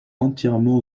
entièrement